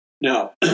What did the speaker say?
Now